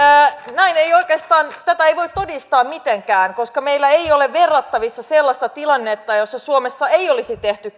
tätä ei voi todistaa mitenkään koska meillä ei ole verrattavissa sellaista tilannetta jossa suomessa ei olisi tehty